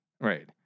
Right